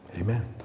Amen